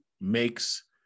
makes –